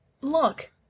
Look